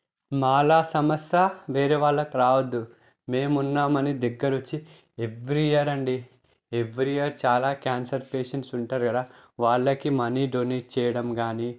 మాలాగ సమస్య వేరే వాళ్ళకు రావద్దు మేము ఉన్నాం అని దగ్గర వచ్చి ఎవ్రీ ఇయర్ అండి ఎవ్రీ ఇయర్ చాలా క్యాన్సర్ పేషెంట్స్ ఉంటారు కదా వాళ్ళకి మనీ డొనేట్ చేయడం కానీ